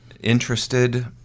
interested